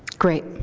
great.